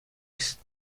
است